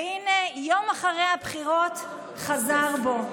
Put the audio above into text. והינה, יום אחרי הבחירות הוא חזר בו.